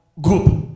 group